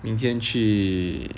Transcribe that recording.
明天去